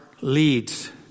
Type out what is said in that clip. leads